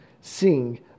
sing